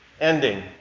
ending